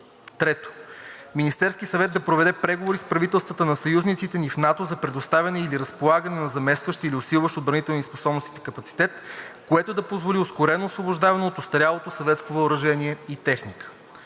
3. Министерският съвет да проведе преговори с правителствата на съюзниците ни в НАТО за придобиване или разполагане на заместващ или усилващ отбранителните ни способности капацитет, което да позволи ускорено освобождаване от остарялото съветско въоръжение и техника.